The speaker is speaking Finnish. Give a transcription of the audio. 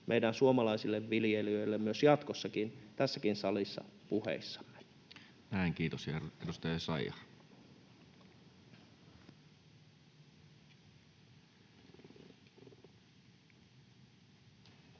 meidän suomalaisille viljelijöille puheissamme myös jatkossakin tässäkin salissa. Näin, kiitos. — Edustaja Essayah.